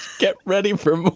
get ready for more.